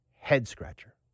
head-scratcher